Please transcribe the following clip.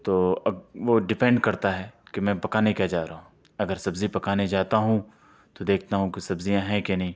تو اب وہ ڈپینڈ کرتا ہے کہ میں پکانے کیا جا رہا ہوں اگر سبزی پکانے جاتا ہوں تو دیکھتا ہوں کہ سبزیاں ہیں کہ نہیں